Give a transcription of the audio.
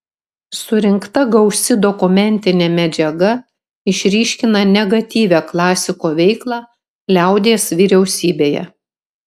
surinkta gausi dokumentinė medžiaga išryškina negatyvią klasiko veiklą liaudies vyriausybėje